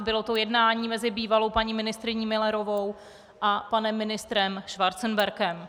Bylo to jednání mezi bývalou paní ministryní Müllerovou a panem ministrem Schwarzenbergem.